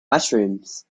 mushrooms